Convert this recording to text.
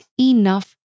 enough